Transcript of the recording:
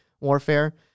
warfare